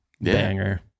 banger